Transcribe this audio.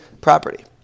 property